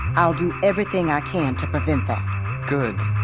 i'll do everything i can to prevent that good.